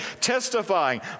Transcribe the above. testifying